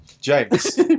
James